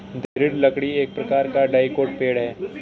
दृढ़ लकड़ी एक प्रकार का डाइकोट पेड़ है